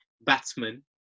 batsman